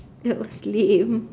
that was lame